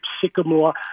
Sycamore